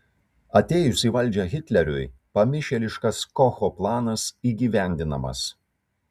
atėjus į valdžią hitleriui pamišėliškas kocho planas įgyvendinamas